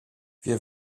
wir